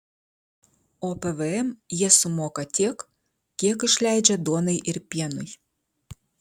o pvm jie sumoka tiek kiek išleidžia duonai ir pienui